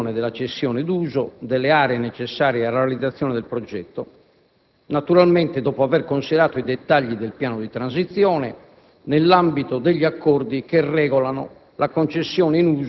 si procederà, pertanto, alla formalizzazione della cessione d'uso delle aree necessarie alla realizzazione del progetto, dopo aver naturalmente considerato i dettagli del piano di transizione,